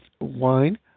wine